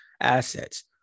assets